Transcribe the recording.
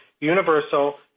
universal